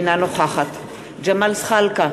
אינה נוכחת ג'מאל זחאלקה,